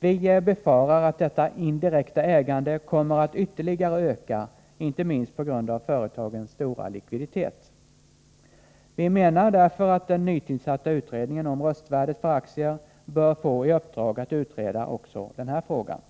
Vi befarar att detta indirekta ägande kommer att ytterligare öka, inte minst på grund av företagens stora likviditet. Vi menar därför att den nytillsatta utredningen om röstvärdet för aktier bör få i uppdrag att utreda också den här frågan.